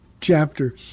chapter